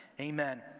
Amen